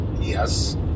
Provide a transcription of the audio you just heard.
Yes